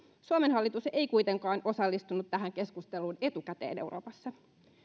suomen hallitus ei kuitenkaan osallistunut tähän keskusteluun etukäteen euroopassa